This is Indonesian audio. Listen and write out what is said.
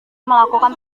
melakukan